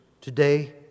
Today